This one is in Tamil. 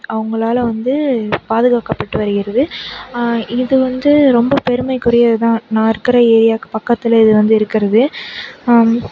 அவங்களால வந்து பாதுகாக்கப்பட்டு வருகிறது இது வந்து ரொம்ப பெருமைக்குரியது தான் நான் இருக்கிற ஏரியாவுக்கு பக்கத்துலேயே இது வந்து இருக்கிறது